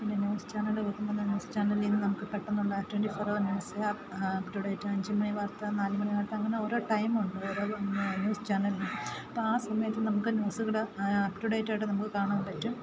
പിന്നെ news channel വെക്കുമ്പോൾത്തന്നെ news ചാനലിൽ നിന്നു നമുക്കു പെട്ടെന്നുള്ള twenty four hour news up up to date അഞ്ചുമണി വാർത്ത നാലുമണി വാർത്ത അങ്ങനെ ഓരോ ടൈം ഉണ്ട് അപ്പം ന്യൂസ് ചാനൽ അപ്പോൾ ആ സമയത്ത് നമുക്ക് ന്യൂസുകൾ അപ് റ്റു ഡേറ്റ് ആയിട്ട് നമുക്കു കാണാൻ പറ്റും